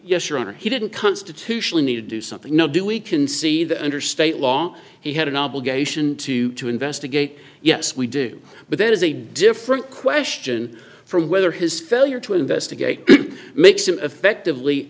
honor he didn't constitutionally need to do something you know do we can see that under state law he had an obligation to to investigate yes we do but that is a different question from whether his failure to investigate makes him effectively